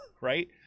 right